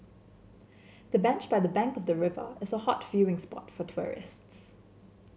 the bench by the bank the river is a hot spot for tourists